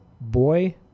Boy